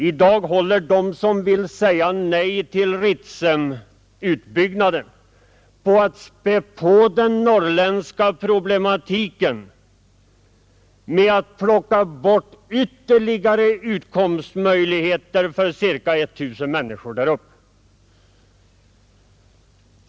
I dag är de som vill säga nej till Ritsemutbyggnaden i färd med att späda på den norrländska problematiken genom att plocka bort ytterligare utkomstmöjligheter för ca 1 000 människor där uppe.